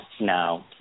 no